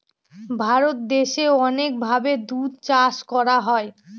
ভারত দেশে অনেক ভাবে দুধ চাষ করা হয়